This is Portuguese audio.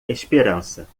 esperança